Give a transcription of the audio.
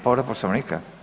Povreda Poslovnika?